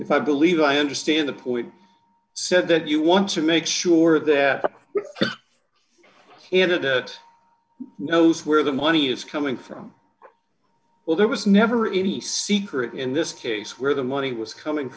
if i believe i understand the point said that you want to make sure that the candidate knows where the money is coming from well there was never any secret in this case where the money was coming